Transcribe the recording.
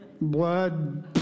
blood